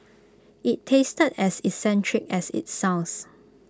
IT tasted as eccentric as IT sounds